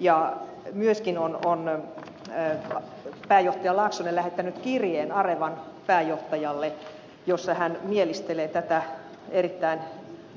ja myöskin on pääjohtaja laaksonen lähettänyt arevan pääjohtajalle kirjeen jossa hän mielistelee tätä erittäin